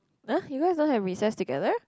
!huh! you guys don't have recess together